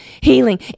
healing